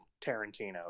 Tarantino